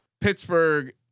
Pittsburgh